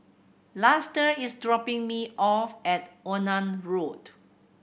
Luster is dropping me off at Onan Road